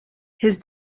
his